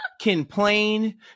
complain